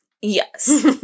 yes